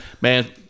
man